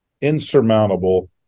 insurmountable